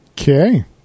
Okay